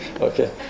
Okay